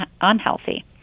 unhealthy